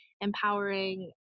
empowering